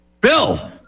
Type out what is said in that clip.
bill